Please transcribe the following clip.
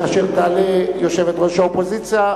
כאשר תעלה יושבת-ראש האופוזיציה,